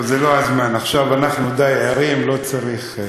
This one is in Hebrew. לא, זה לא הזמן, עכשיו אנחנו די ערים, לא צריך.